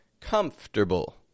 comfortable